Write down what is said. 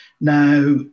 now